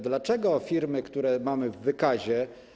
Dlaczego firmy, które mamy w wykazie.